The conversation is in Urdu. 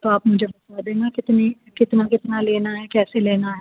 تو آپ مجھے بتا دیں گا کتنی کتنا کتنا لینا ہے کیسے لینا ہے